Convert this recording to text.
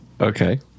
okay